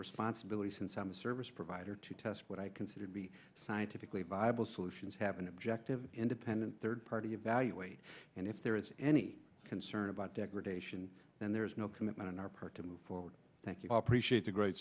responsibility since i'm a service provider to test what i consider to be scientifically viable solutions have an objective independent third party evaluate and if there is any concern about degradation then there is no commitment on our part to move forward thank you all prescience a great